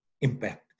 impact